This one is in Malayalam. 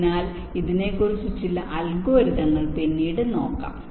അതിനാൽ ഇതിനെക്കുറിച്ച് ചില അൽഗോരിതങ്ങൾ പിന്നീട് നോക്കാം